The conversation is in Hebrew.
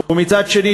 ומצד שני,